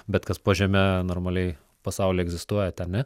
bet kas po žeme normaliai pasaulyje egzistuoja ten ne